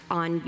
on